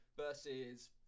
versus